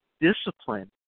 discipline